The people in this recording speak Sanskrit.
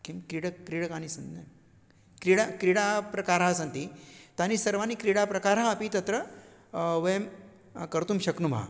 किं कीडा क्रीडकानि सन्ति क्रीडा क्रीडाप्रकारः सन्ति तानि सर्वानि क्रीडाप्रकारः अपि तत्र वयं कर्तुं शक्नुमः